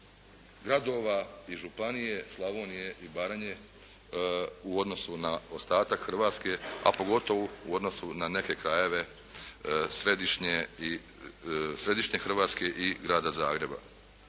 gradova i županije Slavonije i Baranje u odnosu na ostatak Hrvatske a pogotovo na neke krajeve središnje Hrvatske i grada Zagreba.